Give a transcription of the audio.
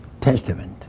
Testament